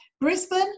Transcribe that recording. Brisbane